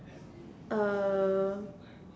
uh